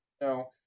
Now